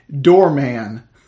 Doorman